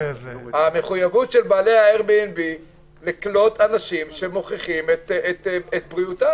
המחויבות של בעלי האייר BNB לקלוט אנשים שמוכיחים את בריאותם.